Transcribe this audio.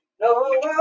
no